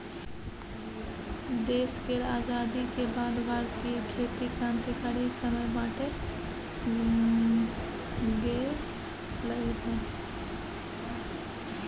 देश केर आजादी के बाद भारतीय खेती क्रांतिकारी समय बाटे गेलइ हँ